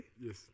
Yes